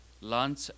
lunch